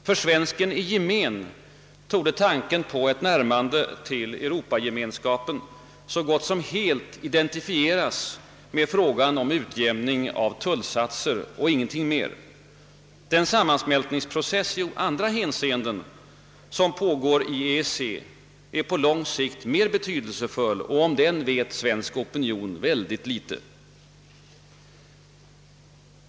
För svensken i gemen torde tanken på ett närmande till Europagemenskapen så gott som helt identifieras "med frågan om utjämning av tullsatser och ingenting mer. Den sammansmältningsprocess i andra hänseenden. som pågår inom EEC är på lång sikt mer betydelsefull, och om den vet svensk opinion ytterst litet.